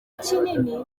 kinini